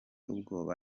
ubwoba